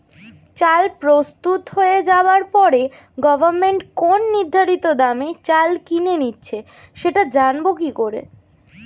চাল প্রস্তুত হয়ে যাবার পরে গভমেন্ট কোন নির্ধারিত দামে চাল কিনে নিচ্ছে সেটা জানবো কি করে?